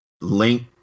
link